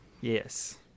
Yes